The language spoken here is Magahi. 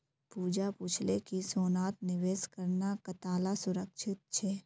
पूजा पूछले कि सोनात निवेश करना कताला सुरक्षित छे